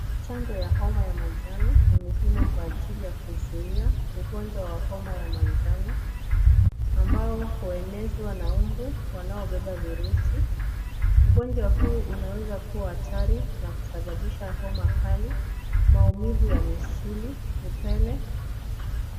Chanjo ya homa ya manjano ni muhimu kwa ajili ya kuzuia ugonjwa wa homa ya manjano ambao huenezwa na mbu wanaobeba virusi. Ugonjwa huu unaweza kuwa hatari na kusababisha homa kali, maumivu ya misuli, upele.